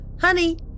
Honey